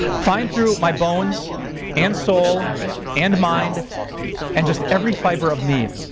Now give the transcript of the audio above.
fine through my bones and soul and mind and just every fiber of me.